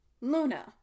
Luna